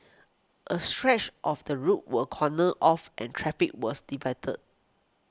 a stretch of the road was cordoned off and traffic was diverted